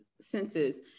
senses